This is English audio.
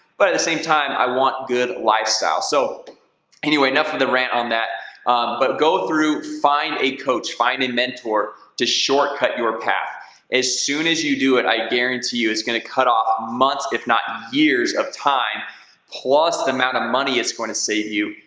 but at the same time i want good lifestyle, so anyway enough of the rant on that but go through find a coach find a mentor to shortcut your path as soon as you do it i guarantee you it's gonna cut off months if not years of time plus the amount of money. it's going to save you.